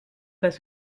pas